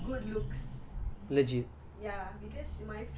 for me I would say good looks